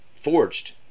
forged